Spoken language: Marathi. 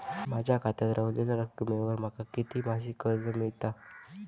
माझ्या खात्यात रव्हलेल्या रकमेवर माका किती मासिक कर्ज मिळात?